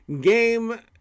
Game